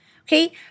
okay